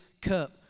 cup